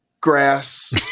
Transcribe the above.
grass